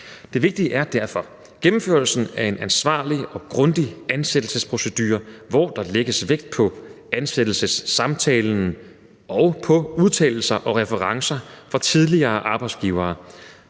Det vigtige er derfor gennemførelsen af en ansvarlig og grundig ansættelsesprocedure, hvor der lægges vægt på ansættelsessamtalen og på udtalelser og referencer fra tidligere arbejdsgivere,